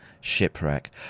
Shipwreck